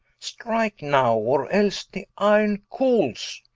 strike now, or else the iron cooles